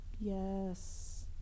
Yes